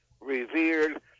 revered